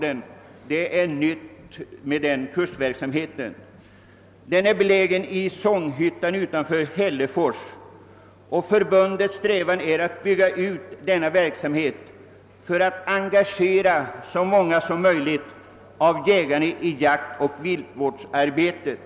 Denna kursverksamhet är ett nytt inslag i vår verksam het. Karl-Ersgården är belägen i Sångshyttan utanför Hällefors. Förbundet strävar efter att bygga ut kursverksamheten för att engagera så många som möjligt av jägarna i jaktoch viltvårdsarbetet.